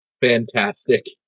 Fantastic